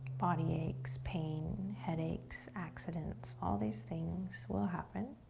body aches, pain, headaches, accidents, all these things will happen.